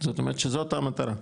זאת אומרת שזו המטרה.